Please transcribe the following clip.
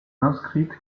inscrite